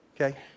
Okay